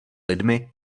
lidmi